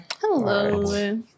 Hello